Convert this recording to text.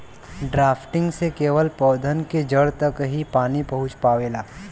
drafting से केवल पौधन के जड़ तक ही पानी पहुँच पावेला